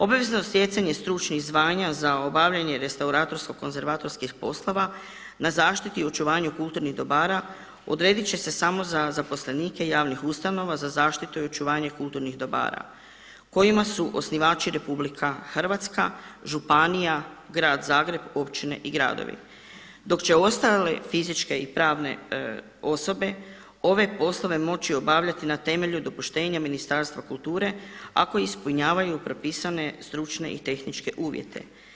Obavezno stjecanje stručnih zvanja za obavljanje restauratorsko konzervatorskih poslova na zaštiti i očuvanju kulturnih dobara odredit će se samo za zaposlenike javnih ustanova za zaštitu i očuvanje kulturnih dobara kojima su osnivači RH, županija, grad Zagreb, općine i gradovi dok će ostale fizičke i pravne osobe ove poslove moći obavljati na temelju dopuštenja Ministarstva kulture ako ispunjavaju propisane stručne i tehničke uvjete.